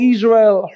Israel